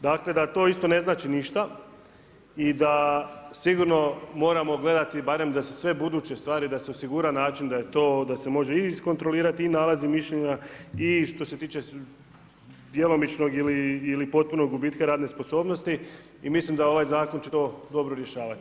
Dakle ,da to isto ne znači ništa i da sigurno moramo gledati barem da se sve buduće stvari, da se osigura način da se može i izkontrolirati i nalazi i mišljenja i što se tiče djelomičnog ili potpunog gubitka radne sposobnosti i mislim da ovaj zakon će to dobro rješavati.